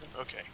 Okay